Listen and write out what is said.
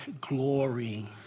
glory